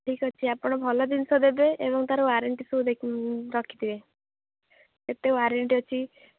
ଠିକ୍ ଅଛି ଆପଣ ଭଲ ଜିନିଷ ଦେବେ ଏବଂ ତା'ର ୱାରେଣ୍ଟି ସବୁ ରଖିଥିବେ କେତେ ୱାରେଣ୍ଟି ଅଛି